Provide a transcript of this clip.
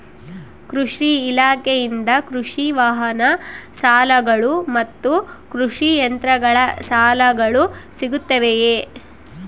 ಕೃಷಿ ಇಲಾಖೆಯಿಂದ ಕೃಷಿ ವಾಹನ ಸಾಲಗಳು ಮತ್ತು ಕೃಷಿ ಯಂತ್ರಗಳ ಸಾಲಗಳು ಸಿಗುತ್ತವೆಯೆ?